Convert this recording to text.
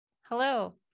Hello